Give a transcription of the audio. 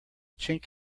chink